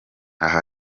aha